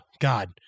God